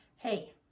Hey